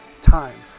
time